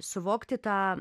suvokti tą